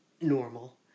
normal